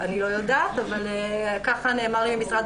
ובתוך זה אנחנו נחשף כאן להרבה מאוד נתונים מאוד מאוד מטרידים שהממשלה